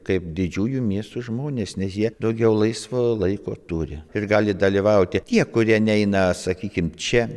kaip didžiųjų miestų žmonės nes jie daugiau laisvo laiko turi ir gali dalyvauti tie kurie neina sakykim čia